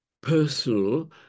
personal